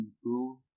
improve